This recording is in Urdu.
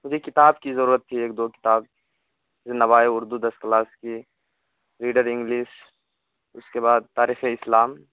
مجھے کتاب کی ضرورت تھی ایک دو کتاب نوائے اردو دس کلاس کی ریڈر انگلش اس کے بعد تاریخِ اسلام